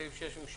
סעיף 6 אושר.